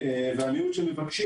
המיעוט שמבקשים,